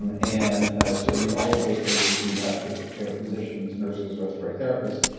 um and certainly, all of those spaces need have critical care physicians, nurses, respiratory therapists.